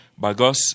Bagos